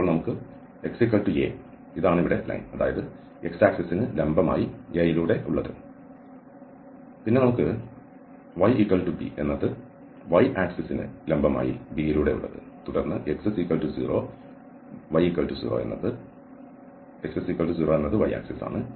അപ്പോൾ നമുക്ക് x a ഇതാണ് ഇവിടെ ലൈൻ അതായത് x ആക്സിസ്സിന് ലംബമായി a ലൂടെ ഉള്ളത് പിന്നെ നമുക്ക് y b എന്നത് y ആക്സിസ്സിന് ലംബമായി b ലൂടെ ഉള്ളത് തുടർന്ന് x 0 y0 എന്നത് y ആക്സിസ് ആണ്